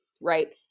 right